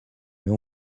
mais